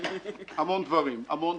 להמון דברים.